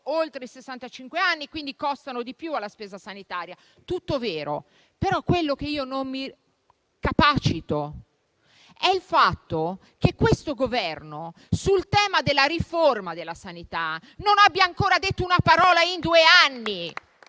anni, quindi costano di più alla spesa sanitaria. È tutto vero, ma quello di cui non mi capacito è il fatto che questo Governo, sul tema della riforma della sanità, non abbia ancora detto una parola in due anni.